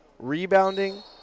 rebounding